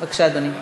בבקשה, אדוני.